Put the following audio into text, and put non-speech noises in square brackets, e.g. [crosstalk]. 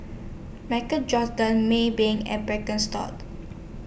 Marc [unintelligible] Maybank and Birkenstock